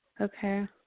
Okay